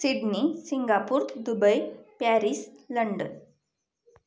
Sydney Singapore Dubai Paris London